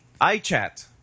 iChat